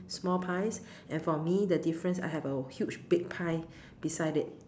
small pies and for me the difference I have a huge big pie beside it